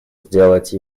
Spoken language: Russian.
сделать